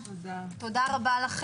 תודה רבה,